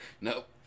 Nope